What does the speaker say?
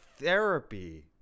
therapy